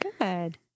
Good